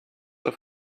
auf